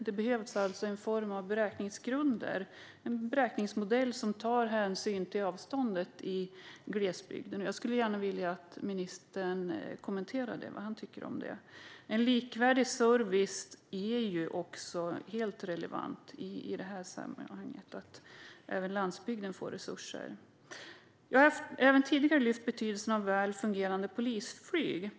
Det behövs alltså en sorts beräkningsmodell som tar hänsyn till avstånden i glesbygden. Jag skulle vilja att ministern kommenterar vad han tycker om det. En likvärdig service i hela landet är helt relevant i sammanhanget. Även landsbygden behöver resurser. Jag har tidigare lyft upp betydelsen av väl fungerande polisflyg.